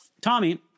Tommy